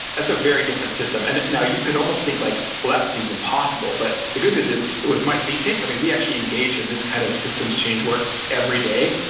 that's a very different system and now you could almost think like, well that seems impossible. but the good news is with my think tank, i mean we actually engage in this kind of systems change work every day.